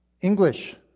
English